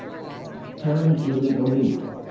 tarryn keeley o'neal.